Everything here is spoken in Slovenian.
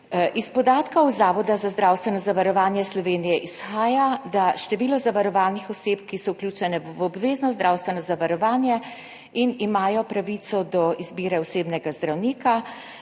Iz podatkov Zavoda za zdravstveno zavarovanje Slovenije izhaja, da število zavarovanih oseb, ki so vključene v obvezno zdravstveno zavarovanje in imajo pravico do izbire osebnega zdravnika,